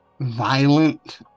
Violent